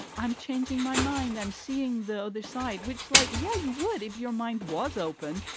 i'm changing my mind. i'm seeing the other side, which, like yeah you would if your mind was open,